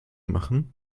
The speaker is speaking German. machen